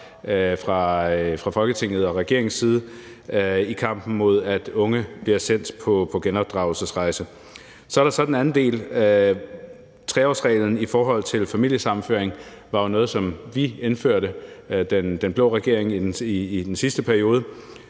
fra Folketinget og regeringens side i kampen mod, at unge bliver sendt på genopdragelsesrejse. Så er der så den anden del, 3-årsreglen i forhold til familiesammenføring. Det var jo noget, som vi – den blå regering i den sidste periode